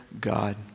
God